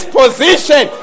position